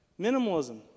Minimalism